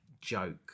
joke